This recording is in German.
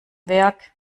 werk